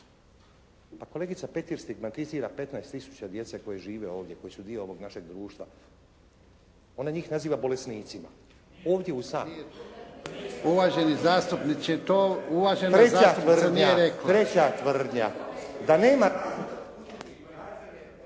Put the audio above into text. Pa kolegica Petir stigmatizira 15 tisuća djece koja žive ovdje, koja su dio ovog našeg društva, ona njih naziva bolesnicima ovdje u Saboru. **Jarnjak, Ivan (HDZ)** Uvaženi zastupniče, to uvažena zastupnica nije rekla. **Stazić, Nenad